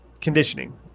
conditioning